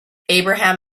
abraham